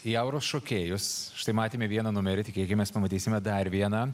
į auros šokėjus štai matėme vieną numerį tikėkimės pamatysime dar vieną